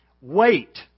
Wait